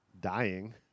dying